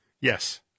Yes